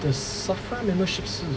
the SAFRA membership 是